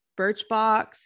Birchbox